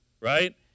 right